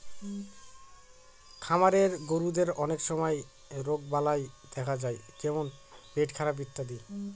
খামারের গরুদের অনেক সময় রোগবালাই দেখা যায় যেমন পেটখারাপ ইত্যাদি